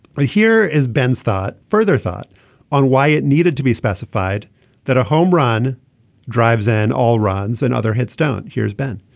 ah here is ben's thought further thought on why it needed to be specified that a home run drives in all runs and other hits don't. here's ben.